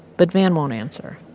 but van won't answer